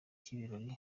cy’ibirori